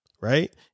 Right